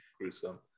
gruesome